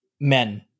men